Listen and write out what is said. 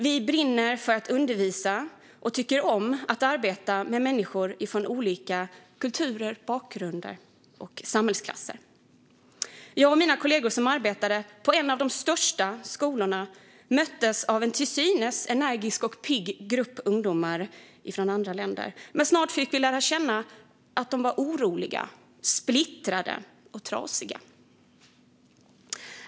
Vi brinner för att undervisa och tycker om att arbeta med människor från olika kulturer, bakgrunder och samhällsklasser. Jag och mina kollegor som arbetade på en av de största skolorna möttes av en till synes energisk och pigg grupp ungdomar från andra länder. Snart fick vi dock lära oss att de var oroliga, splittrade och trasiga.